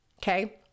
okay